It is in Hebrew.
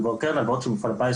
הלוואות קרן והלוואות של מפעל הפיס